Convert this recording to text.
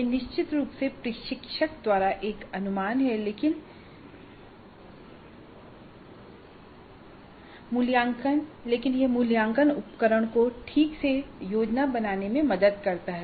यह निश्चित रूप से प्रशिक्षक द्वारा एक अनुमान है लेकिन यह मूल्यांकन उपकरण को ठीक से योजना बनाने में मदद करता है